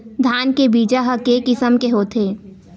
धान के बीजा ह के किसम के होथे?